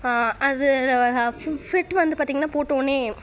அது ஃபிட் வந்து பார்த்திங்கன்னா போட்டோடனே